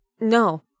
no